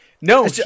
No